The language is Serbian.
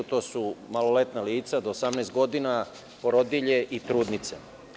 To su maloletna lica do 18 godina, porodilje i trudnice.